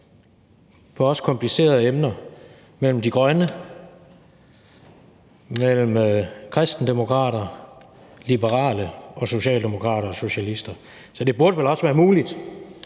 om også komplicerede emner mellem de grønne, kristendemokrater, liberale og socialdemokrater og socialister. Så det burde vel også være muligt